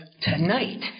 tonight